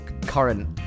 current